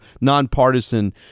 nonpartisan